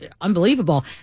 unbelievable